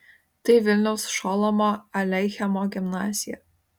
tai vilniaus šolomo aleichemo gimnazija